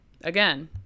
again